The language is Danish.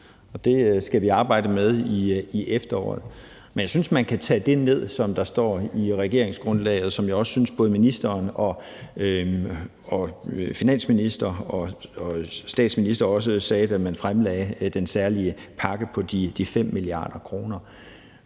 det skal vi arbejde med i efteråret. Men jeg synes, man kan tage det ned, som står i regeringsgrundlaget, og som jeg også synes at både finansministeren og statsministeren sagde, da man fremlagde den særlige pakke på de 5 mia. kr.